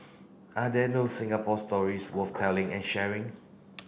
are there no Singapore stories worth telling and sharing